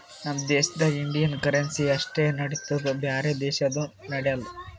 ನಮ್ ದೇಶದಾಗ್ Indian currency ಅಷ್ಟೇ ನಡಿತ್ತುದ್ ಬ್ಯಾರೆ ದೇಶದು ನಡ್ಯಾಲ್